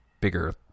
bigger